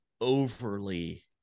overly